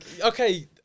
Okay